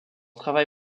travail